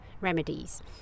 remedies